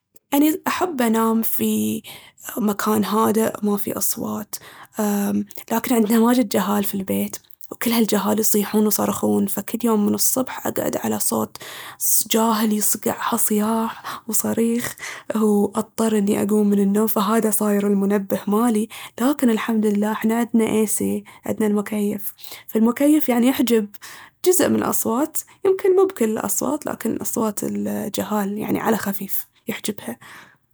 أني أحب أنام في مكان هادئ وما فيه أصوات، لكن عندنا واجد جهال في البيت، وكل هالجهال يصيحون ويصرخون. فكل يوم من الصبح أقعد على صوت جاهل يصقعها صياح وصريخ، واضطر اني أقوم من النوم، فهاذا صاير المنبه مالي. لكن الحمدالله احنا عندنا إي سي، عندنا المكيف، والمكيف يعني يحجب جزء من الأصوات، يمكن مب كل الأصوات، لكن أصوات الجهال يعني على خفيف يحجبها.